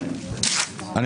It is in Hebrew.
--- חבר הכנסת סעדה.